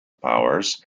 powers